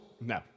No